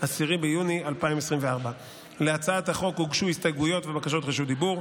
10 ביוני 2024. להצעת החוק הוגשו הסתייגויות ובקשות רשות דיבור.